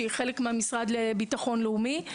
שהיא חלק מהמשרד לביטחון לאומי.